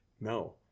No